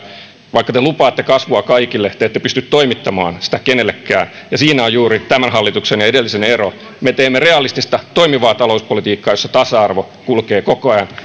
vaikka te lupaatte kasvua kaikille te ette pysty toimittamaan sitä kenellekään ja siinä on juuri tämän hallituksen ja edellisen ero me teemme realistista toimivaa talouspolitiikkaa jossa tasa arvo kulkee koko ajan